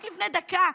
רק לפני דקה,